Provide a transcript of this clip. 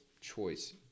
choice